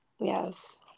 Yes